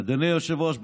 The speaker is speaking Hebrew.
אדוני היושב-ראש,